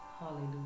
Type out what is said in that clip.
Hallelujah